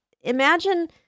imagine